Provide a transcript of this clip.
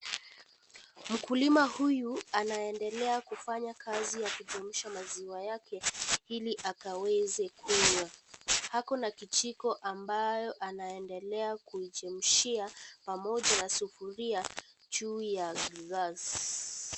Mkulima huyu anaendelea kufanya kazi ya kuchemsha maziwa yake Ili akaweze kunywa. Ako na kijiko ambayo anaendelea kuichemshia pamoja na sufuria juu ya gesi.